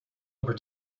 over